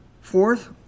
Fourth